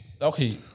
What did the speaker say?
Okay